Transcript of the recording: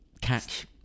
catch